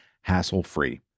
hassle-free